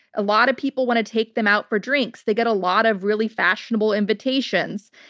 a lot of people want to take them out for drinks. they get a lot of really fashionable invitations.